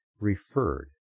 referred